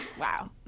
Wow